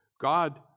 God